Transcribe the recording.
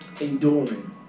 enduring